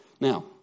Now